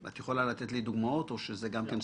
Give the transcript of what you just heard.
את יכולה לתת לי דוגמאות, או זה גם כן סודי?